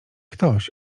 ktoś